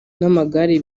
n’amagare